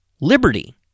liberty